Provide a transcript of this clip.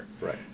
Right